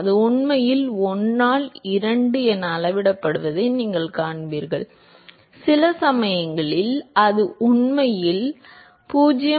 அது உண்மையில் 1 ஆல் 2 என அளவிடப்படுவதை நீங்கள் காண்பீர்கள் சில சமயங்களில் அது உண்மையில் 0